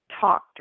talked